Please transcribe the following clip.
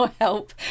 help